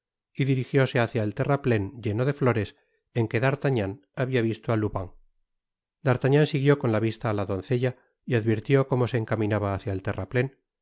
y dirigióse hácia el terraplen lleno de flores en que d'artagnan habia visto á lubin d'artagnan siguió con la vista á la doncella y advirtió como se encaminaba hácia el terraplen pero